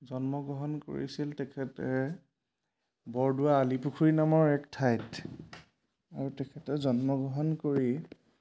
জন্মগ্ৰহণ কৰিছিল তেখেতে বৰদোৱা আলি পুখুৰী নামৰ এক ঠাইত আৰু তেখেতে জন্মগ্ৰহণ কৰি